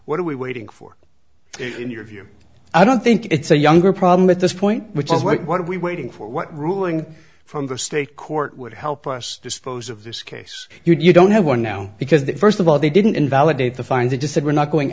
what are we waiting for in your view i don't think it's a younger problem at this point which is what are we waiting for what ruling from the state court would help us dispose of this case you don't have one now because that first of all they didn't invalidate the find they disagree not going